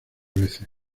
veces